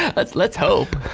ah let's let's hope.